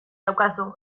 daukazu